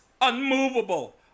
unmovable